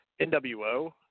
NWO